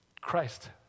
Christ